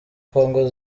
congo